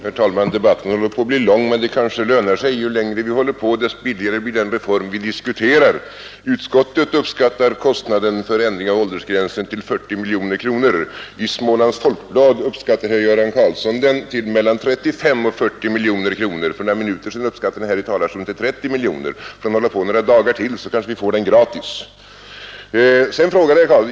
Herr talman! Debatten håller på att bli lång, men det kanske lönar sig. Ju längre vi håller på dess billigare blir den reform vi diskuterar. Utskottet uppskattar kostnaden för ändring av åldersgränsen till 40 miljoner kronor, i Smålands Folkblad uppskattade Göran Karlsson den till mellan 35 och 40 miljoner kronor, för några minuter sedan här i talarstolen uppskattades den till 30 miljoner. Får vi hålla på några dagar till kanske vi får den gratis.